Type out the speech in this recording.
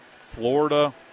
Florida